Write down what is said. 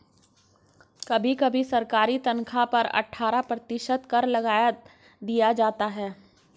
कभी कभी सरकारी तन्ख्वाह पर भी अट्ठारह प्रतिशत कर लगा दिया जाता है